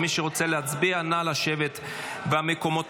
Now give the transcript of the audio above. מי שרוצה להצביע, נא לשבת במקומותיכם.